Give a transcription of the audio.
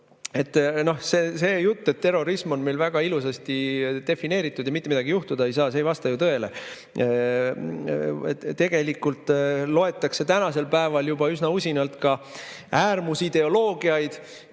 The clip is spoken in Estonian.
see jutt, et terrorism on meil väga ilusasti defineeritud ja mitte midagi juhtuda ei saa, ei vasta ju tõele. Tegelikult loetakse tänasel päeval juba üsna usinalt ka äärmusideoloogiaid